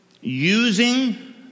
using